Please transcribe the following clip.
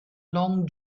long